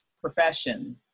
profession